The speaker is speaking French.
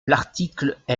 l’article